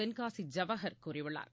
தென்காசி ஜவஹர் கூறியுள்ளார்